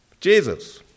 Jesus